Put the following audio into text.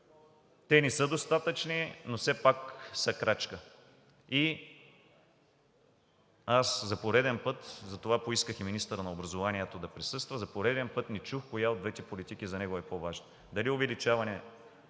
Те не са достатъчни, но все пак са крачка. Затова поисках министърът на образованието да присъства – за пореден път не чух коя от двете политики за него е по-важна: дали увеличаване